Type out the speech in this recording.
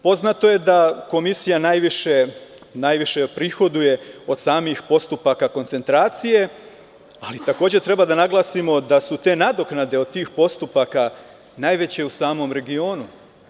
Poznato je da komisija najviše prihoduje od samih postupaka koncentracije, ali takođe treba da naglasimo da su te nadoknade od tih postupaka najveće u samom regionu.